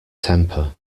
temper